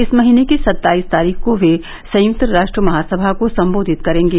इस महीने की सत्ताईस तारीख को वे संयुक्त राष्ट्र महासभा को संबोधित करेंगे